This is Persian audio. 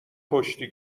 کشتی